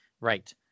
right